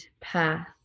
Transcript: path